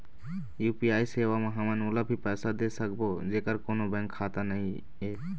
UPI सेवा म हमन ओला भी पैसा दे सकबो जेकर कोन्हो बैंक खाता नई ऐप?